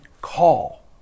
call